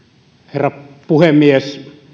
herra puhemies